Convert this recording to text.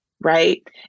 right